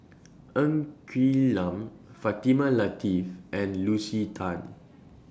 Ng Quee Lam Fatimah Lateef and Lucy Tan